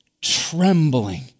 trembling